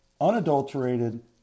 unadulterated